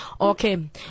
Okay